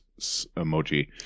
emoji